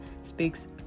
speaks